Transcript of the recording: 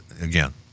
again